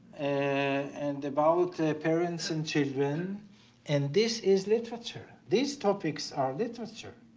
and about parents and children and this is literature. these topics are literature.